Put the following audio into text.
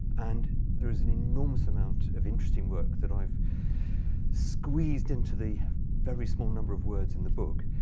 and there is an enormous amount of interesting work that i've squeezed into the very small number of words in the book,